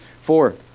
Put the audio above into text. Four